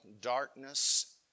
darkness